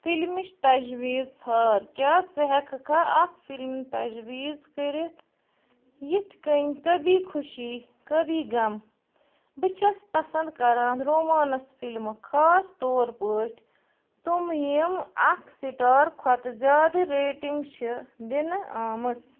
فِلمٕچ تجویٖز ژھار کیٛاہ ژٕ ہیٚکہٕ کھا اکھ فلم تجویٖز کٔرتھ یتھ کٔنۍ کبھی خوشی کبھی غم بہٕ چھیٚس پسنٛد کران رومانٕس فِلمہٕ خاص طور پٲٹھۍ تِم یِم اکھ سِٹار کھۄتہٕ زیادٕ ریٹِنٛگ چھِ دنہٕ آمٕژ